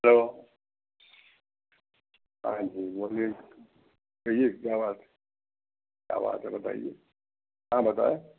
hello हाँ जी बोलिए कहिए क्या बात है क्या बात है बताइए हाँ बताएँ